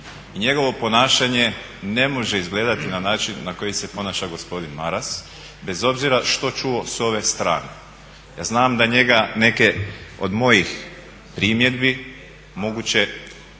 njegovo ponašanje ne može izgledati na način na koji se ponaša gospodin Maras, bez obzira što čuo s ove strane. Ja znam da njega neke od mojih primjedbi moguće